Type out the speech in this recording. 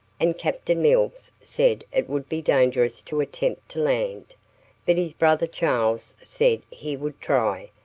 and captain mills said it would be dangerous to attempt to land but his brother charles said he would try,